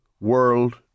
world